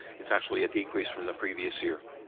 it's actually a decrease from the previous year,